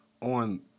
on